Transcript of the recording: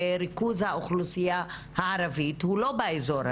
וריכוז האוכלוסייה הערבית הוא לא באזור הזה.